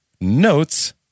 notes